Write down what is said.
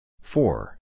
Four